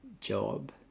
job